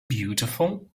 beautiful